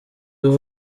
uwo